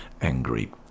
angry